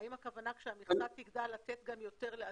האם הכוונה כשהמכסה תגדל לתת יותר לאסירים?